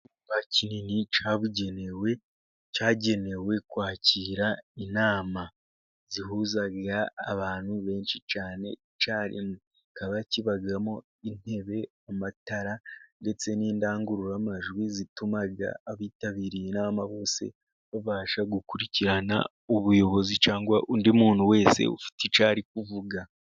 Icyumba kinini cyabugenewe, cyagenewe kwakira inama zihuza abantu benshi cyane icyarimwe. Kikaba kibamo intebe, amatara ndetse n'indangururamajwi, zituma abitabiriye inama bose babasha gukurikirana ubuyobozi, cyangwa undi muntu wese ufite icyo ari kuvuga.